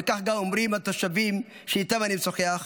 וכך גם אומרים התושבים שאיתם אני משוחח,